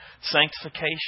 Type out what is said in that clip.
sanctification